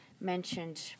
Mentioned